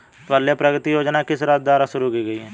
पल्ले प्रगति योजना किस राज्य द्वारा शुरू की गई है?